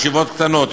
ישיבות קטנות,